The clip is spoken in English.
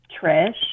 trish